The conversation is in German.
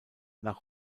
nach